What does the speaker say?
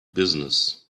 business